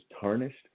tarnished